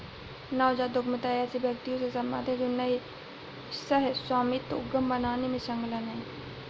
नवजात उद्यमिता ऐसे व्यक्तियों से सम्बंधित है जो नए सह स्वामित्व उद्यम बनाने में संलग्न हैं